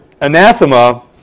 anathema